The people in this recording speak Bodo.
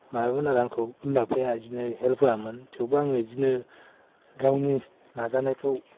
माबामोन आरो आंखौ बिमा बिफाया बिदिनो हेल्प होआमोन थेवबो आङो बिदिनो गावनि नाजानायखौ